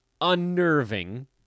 unnerving